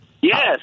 Yes